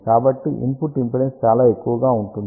కాబట్టి input impedance చాలా ఎక్కువగా ఉంటుంది